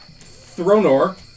Thronor